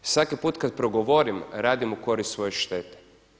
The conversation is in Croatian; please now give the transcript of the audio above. Svaki put kada progovorim radim u korist svoje štete.